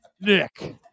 Nick